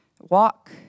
walk